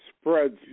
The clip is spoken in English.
spreads